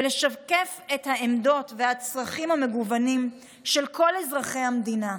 ולשקף את העמדות והצרכים המגוונים של כל אזרחי המדינה.